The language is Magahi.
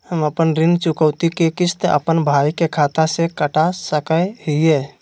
हम अपन ऋण चुकौती के किस्त, अपन भाई के खाता से कटा सकई हियई?